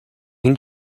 این